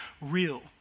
real